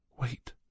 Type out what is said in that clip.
Wait